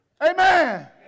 Amen